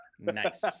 nice